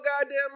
goddamn